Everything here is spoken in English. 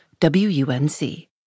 WUNC